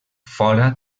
fora